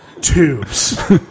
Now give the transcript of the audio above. tubes